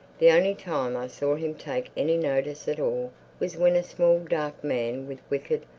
the only time i saw him take any notice at all was when a small dark man with wicked,